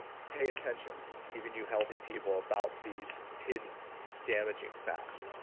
pay attention even you healthy people, about these hidden damaging fats.